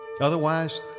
Otherwise